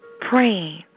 Praying